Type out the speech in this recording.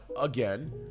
again